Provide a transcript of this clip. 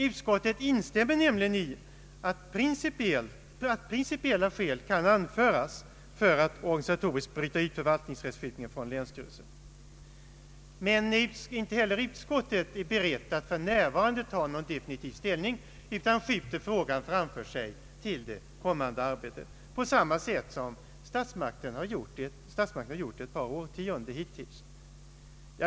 Utskottet instämmer nämligen i att principiella skäl kan anföras för att man organisatoriskt skall bryta ut för valtningsrättsskipningen från länsstyrelsen. Men inte heller utskottet är berett att för närvarande ta definitiv ställning utan skjuter frågan framför sig till det kommande arbetet på samma sätt som statsmakterna hittills har gjort i ett par årtionden.